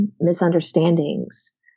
misunderstandings